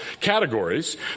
categories